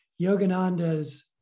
Yogananda's